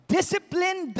Discipline